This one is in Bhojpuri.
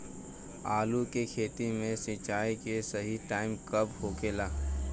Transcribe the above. आलू के खेती मे सिंचाई के सही टाइम कब होखे ला?